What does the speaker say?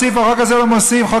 החוק הזה לא מוסיף.